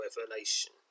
revelation